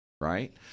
right